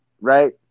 right